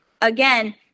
again